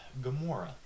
Gamora